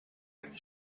and